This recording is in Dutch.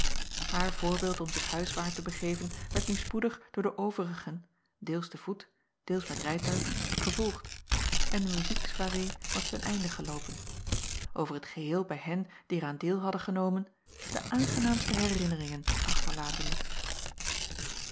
aar voorbeeld om zich huiswaart te begeven werd nu spoedig door de overigen deels te voet deels met rijtuig gevolgd en de muziek soirée was ten einde geloopen over t geheel bij hen die er aan deel hadden genomen de aangenaamste herinneringen achterlatende